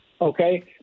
Okay